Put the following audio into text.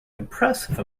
impressive